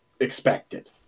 expected